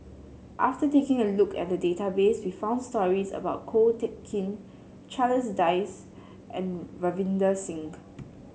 after taking a look at the database we found stories about Ko Teck Kin Charles Dyce and Ravinder Singh